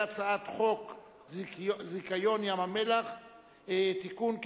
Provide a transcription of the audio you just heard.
הצעת חוק זכיון ים-המלח (תיקון,